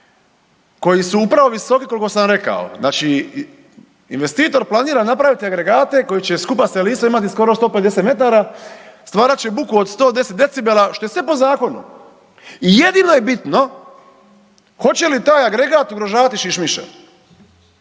koji su upravo visoki koliko sam rekao. Znači investitor planira napraviti agregate koji će skupa s elisom imati skoro 150 metara, stvarat će buku od 110 decibela što je sve po zakonu. I jedino je bitno hoće li taj agregat ugrožavati šišmiše,